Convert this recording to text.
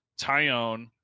Tyone